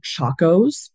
chacos